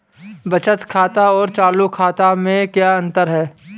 बचत खाते और चालू खाते में क्या अंतर है?